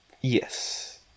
Yes